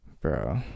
bro